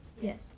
Yes